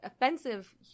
offensive